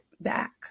back